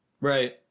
Right